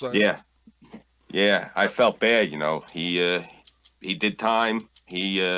yeah yeah, i felt bad you know he ah he did time he?